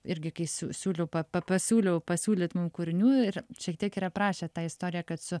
irgi kai siū siūliau pa pa pasiūliau pasiūlyt mum kūrinių ir šiek tiek ir aprašėt tą istoriją kad su